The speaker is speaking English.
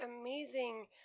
amazing